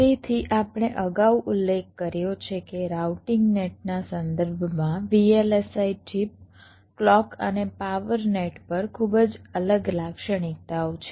તેથી આપણે અગાઉ ઉલ્લેખ કર્યો છે કે રાઉટિંગ નેટ ના સંદર્ભમાં VLSI ચિપ ક્લૉક અને પાવર નેટ પર ખૂબ જ અલગ લાક્ષણિકતાઓ છે